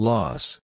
Loss